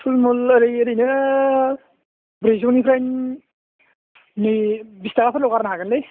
थुल मुल ओरै ओरैनो ब्रैजौनिफ्राय नै बिस थाखाफोरल' गारनो हागोनलै